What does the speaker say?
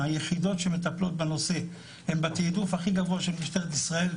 היחידות שמטפלות בנושא הן בתיעדוף הכי גבוה של משטרת ישראל,